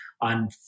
on